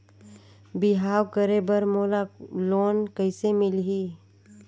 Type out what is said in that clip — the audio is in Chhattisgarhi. बिहाव करे बर मोला लोन कइसे मिलही?